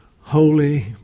holy